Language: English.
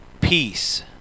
peace